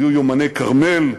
היו "יומני כרמל",